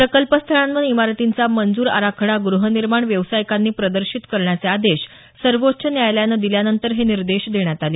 प्रकल्प स्थळांवर इमारतींचा मंजूर आराखडा गृहनिर्माण व्यावसायिकांनी प्रदर्शित करण्याचे आदेश सर्वोच्च न्यायालयानं दिल्यानंतर हे निर्देश देण्यात आले